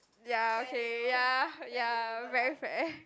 ya okay ya ya very fair